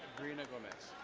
briana gomez.